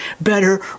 better